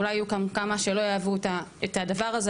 אולי יהיו כאן כמה שלא יאהבו את הדבר הזה,